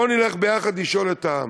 בוא נלך ביחד לשאול את העם.